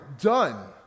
done